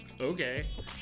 Okay